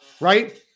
Right